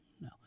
no